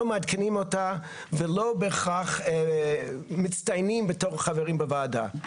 לא מעדכנים אותה ולא בהכרח מצטיינים בתור חברים בוועדה.